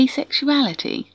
Asexuality